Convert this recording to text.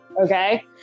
okay